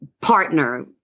partner